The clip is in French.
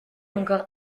encore